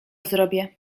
zrobię